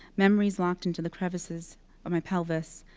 memories locked into the crevices of my pelvis.